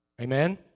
Amen